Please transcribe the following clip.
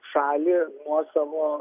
šalį nuo savo